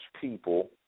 people